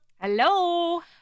Hello